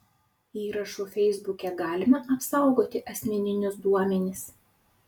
įrašu feisbuke galima apsaugoti asmeninius duomenis